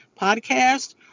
podcast